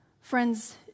Friends